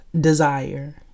desire